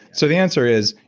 so the answer is,